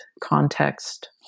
context